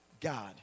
God